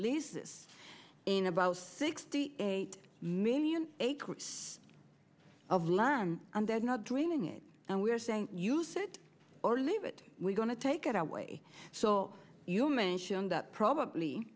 leases in about sixty eight million acres of land and they're not draining it and we're saying use it or leave it we're going to take it away so you mentioned that probably